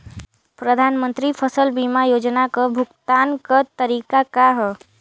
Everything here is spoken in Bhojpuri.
प्रधानमंत्री फसल बीमा योजना क भुगतान क तरीकाका ह?